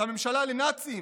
את הממשלה, לנאצים.